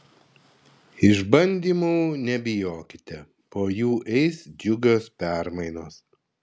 išbandymų nebijokite po jų eis džiugios permainos